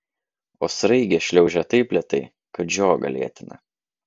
o sraigė šliaužia taip lėtai kad žiogą lėtina